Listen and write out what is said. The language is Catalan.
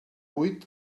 vuit